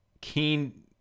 keen